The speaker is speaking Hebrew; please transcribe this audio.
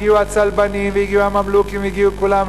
הגיעו הצלבנים והגיעו הממלוכים והגיעו כולם,